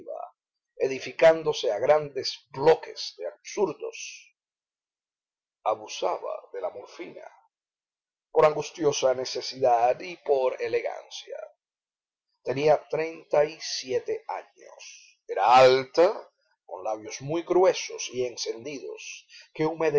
edificándose a grandes bloques de absurdos abusaba de la morfina por angustiosa necesidad y por elegancia tenía treinta y siete años era alta con labios muy gruesos y encendidos que